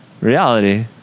reality